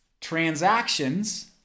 Transactions